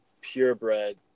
purebred